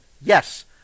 yes